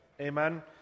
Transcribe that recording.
amen